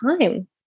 time